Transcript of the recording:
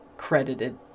credited